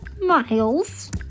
miles